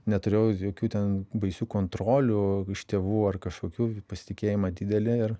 neturėjau jokių ten baisių kontrolių iš tėvų ar kažkokių pasitikėjimą didelį ir